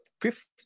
fifth